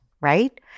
right